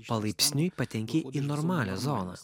palaipsniui patenki į normalią zoną